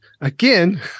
again